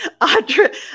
Audra